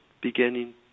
beginning